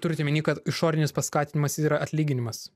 turit omeny kad išorinis paskatinimas yra atlyginimas